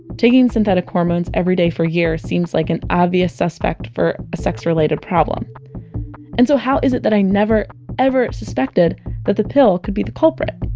taking synthetic hormones every day for years seems like an obvious suspect for a sex-related problem and so how is it that i never ever suspected that the pill could be the culprit!